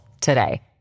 today